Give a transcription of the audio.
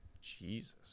Jesus